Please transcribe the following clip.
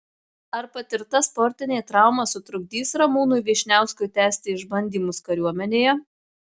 ar patirta sportinė trauma sutrukdys ramūnui vyšniauskui tęsti išbandymus kariuomenėje